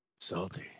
salty